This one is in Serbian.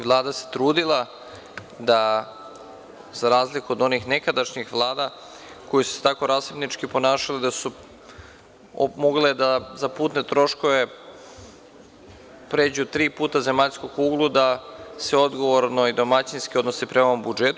Vlada se trudila da za razliku od onih nekadašnjih vlada koje su se tako rasipnički ponašale, da su mogle da za putne troškove pređu tri puta zemaljsku kuglu, da se odgovorno i domaćinski odnose prema ovom budžetu.